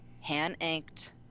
hand-inked